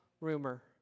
rumor